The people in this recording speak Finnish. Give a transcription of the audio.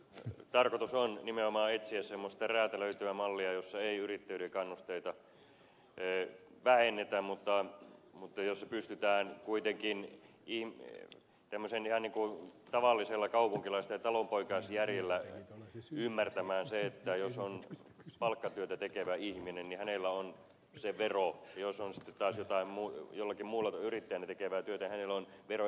tarkoitus on nimenomaan etsiä semmoista räätälöityä mallia jossa ei yrittäjyyden kannusteita vähennetä mutta jossa pystytään kuitenkin ihan tämmöisellä tavallisella kaupunkilais ja talonpoikaisjärjellä ymmärtämään se että jos on palkkatyötä tekevä ihminen niin hänellä on se vero jos on sitten taas yrittäjänä työtä tekevä hänellä on vero